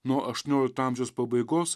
nuo aštuoniolikto amžiaus pabaigos